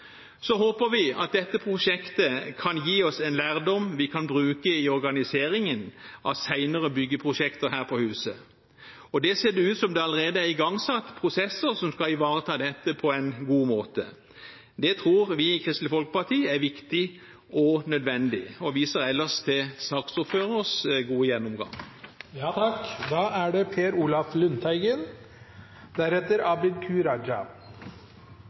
Så håper vi at dette prosjektet kan gi oss en lærdom vi kan bruke i organiseringen av senere byggeprosjekter her på huset, og det ser ut som om det allerede er igangsatt prosesser som skal ivareta dette på en god måte. Det tror vi i Kristelig Folkeparti er viktig og nødvendig. Jeg viser ellers til saksordførerens gode gjennomgang. Jeg vil først takke både saksordføreren og nestleder Michael Tetzschner for det